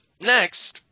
next